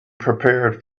prepared